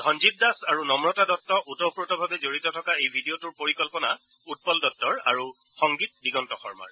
ধনজিৎ দাস আৰু নম্ৰতা দত্ত ওতঃপ্ৰোতভাৱে জড়িত থকা এই ভিডিঅ টোৰ পৰিকল্পনা উৎপল দত্তৰ আৰু সংগীত দিগন্ত শৰ্মাৰ